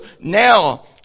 now